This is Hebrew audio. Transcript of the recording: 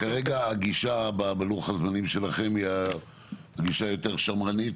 כרגע הגישה בלוח הזמנים שלכם היא הגישה היותר שמרנית,